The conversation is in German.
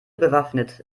bewaffnet